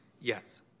Yes